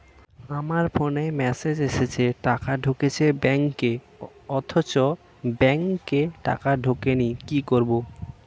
আমার ফোনে মেসেজ এসেছে টাকা ঢুকেছে ব্যাঙ্কে অথচ ব্যাংকে টাকা ঢোকেনি কি করবো?